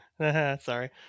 Sorry